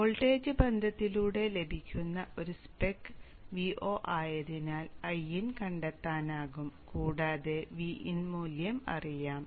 അതിനാൽ വോൾട്ടേജ് ബന്ധത്തിലൂടെ ലഭിക്കുന്ന ഒരു സ്പെക് Vo ആയതിനാൽ Iin കണ്ടെത്താനാകും കൂടാതെ Vin മൂല്യം അറിയാം